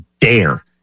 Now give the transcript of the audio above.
dare